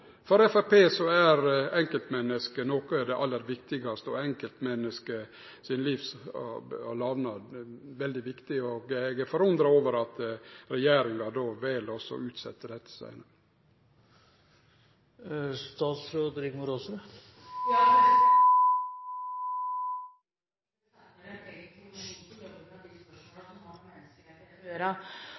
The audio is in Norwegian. For Framstegspartiet er enkeltmennesket noko av det aller viktigaste, og enkeltmennesket sin lagnad er veldig viktig, og eg er forundra over at regjeringa då vel å utsetje dette